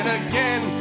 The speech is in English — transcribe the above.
again